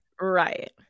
right